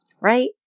right